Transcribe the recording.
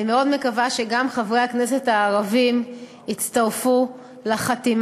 אני מאוד מקווה שגם חברי הכנסת הערבים יצטרפו לחתימה.